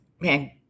man